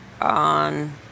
on